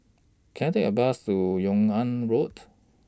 Can I Take A Bus to Yung An Road